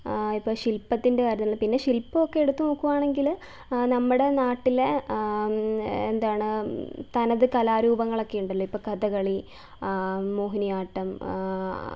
ഇപ്പോൾ ശില്പത്തിന്റെ കാര്യത്തിലും പിന്നെ ശില്പമൊക്കെ എടുത്തുനോക്കുകയാണെങ്കിൽ നമ്മുടെ നാട്ടിലെ എന്താണ് തനത് കലാരൂപങ്ങളൊക്കെ ഉണ്ടല്ലൊ ഇപ്പോൾ കഥകളി മോഹിനിയാട്ടം